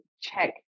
check